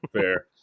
Fair